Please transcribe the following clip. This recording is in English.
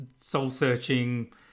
soul-searching